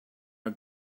are